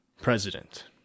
president